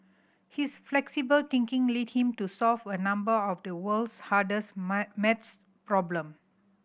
his flexible thinking led him to solve a number of the world's hardest maths problem